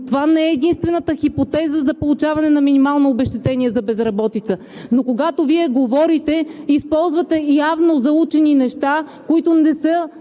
Това не е единствената хипотеза за получаване на минимално обезщетение за безработица. Когато Вие говорите, използвате явно заучени неща, които не